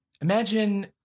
imagine